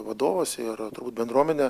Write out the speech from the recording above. vadovas ir turbūt bendruomenė